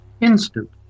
instant